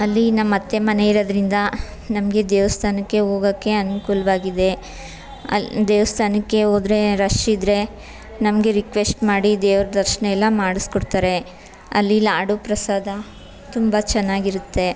ಅಲ್ಲಿ ನಮ್ಮ ಅತ್ತೆ ಮನೆ ಇರೋದ್ರಿಂದ ನಮಗೆ ದೇವಸ್ಥಾನಕ್ಕೆ ಹೋಗೋಕೆ ಅನುಕೂಲ್ವಾಗಿದೆ ಅಲ್ಲಿ ದೇವಸ್ಥಾನಕ್ಕೆ ಹೋದ್ರೆ ರಶ್ ಇದ್ದರೆ ನಮಗೆ ರಿಕ್ವೆಸ್ಟ್ ಮಾಡಿ ದೇವ್ರ ದರ್ಶನ ಎಲ್ಲ ಮಾಡಿಸ್ಕೊಡ್ತಾರೆ ಅಲ್ಲಿ ಲಾಡು ಪ್ರಸಾದ ತುಂಬ ಚೆನ್ನಾಗಿರುತ್ತೆ